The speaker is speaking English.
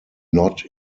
not